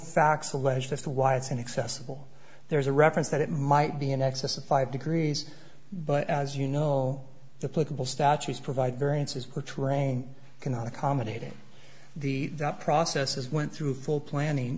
facts alleged as to why it's inaccessible there is a reference that it might be in excess of five degrees but as you know all the political statutes provide variances portraying cannot accommodate it the process is went through full planning